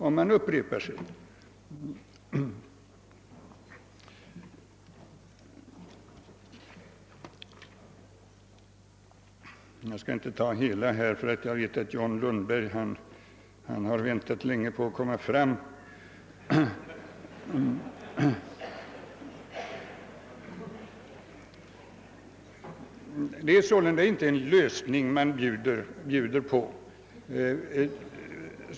Nu skall jag emellertid inte alltför länge uppta tiden och beröra allt det som jag antecknat, ty jag vet att John Lundberg väntat länge på att få gå upp i talarstolen. Men det är sålunda inte en lösning man erbjuder.